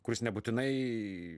kuris nebūtinai